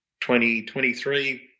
2023